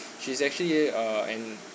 she's actually uh an